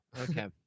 Okay